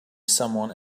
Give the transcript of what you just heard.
someone